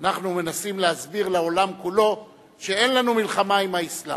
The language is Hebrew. אנחנו מנסים להסביר לעולם כולו שאין לנו מלחמה עם האסלאם.